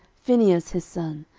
phinehas his son,